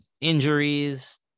injuries